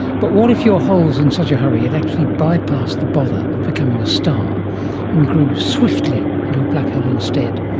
but what if your hole is in such a hurry it actually bypassed the bother of becoming a star and grew swiftly into a black hole instead?